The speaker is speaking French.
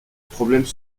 problèmes